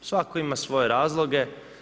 Svatko ima svoje razloge.